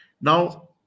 now